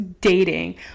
dating